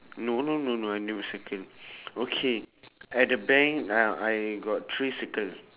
no no no no I never circle okay at the bank I I got three circles